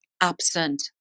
absent